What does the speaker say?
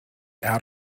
out